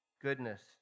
goodness